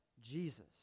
Jesus